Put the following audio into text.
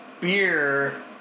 beer